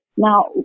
Now